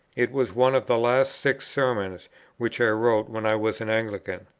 it was one of the last six sermons which i wrote when i was an anglican.